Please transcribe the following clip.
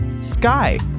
Sky